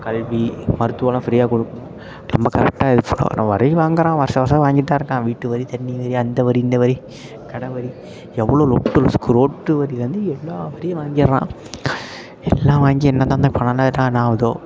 கல்வி மருத்துவமெலாம் ஃப்ரீயாக கொடுக்குணும் நம்ம கரெட்டாக இது பண்ணணும் எல்லா வரியும் வாங்கிறான் வருஷம் வருஷம் வாங்கிட்டு தான் இருக்கான் வீட்டு வரி தண்ணி வரி அந்த வரி இந்த வரி கடை வரி எவ்வளோ லொட்டு லொசுக்கு ரோட்டு வரிலேருந்து எல்லா வரியும் வாங்கிடுறான் எல்லாம் வாங்கி என்ன தான் அந்த பணமெலாம் என்ன ஆகுதோ